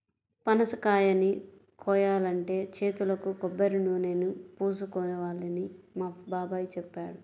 పనసకాయని కోయాలంటే చేతులకు కొబ్బరినూనెని పూసుకోవాలని మా బాబాయ్ చెప్పాడు